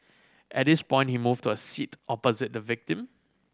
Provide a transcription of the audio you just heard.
at this point he moved to a seat opposite the victim